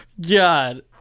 God